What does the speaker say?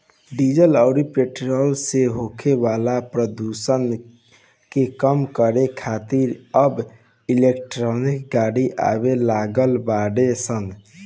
diesel अउरी petrol से होखे वाला प्रदुषण के कम करे खातिर अब इलेक्ट्रिक गाड़ी आवे लागल बाड़ी सन